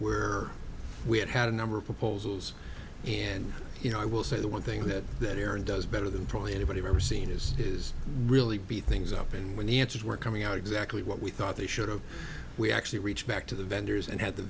where we have had a number of proposals and you know i will say the one thing that that does better than probably anybody i've ever seen is is really b things open when the answers were coming out exactly what we thought they should have we actually reach back to the vendors and have the